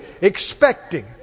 expecting